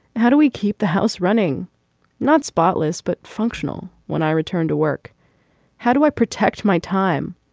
how do we keep the house running not spotless but functional. when i return to work how do i protect my time.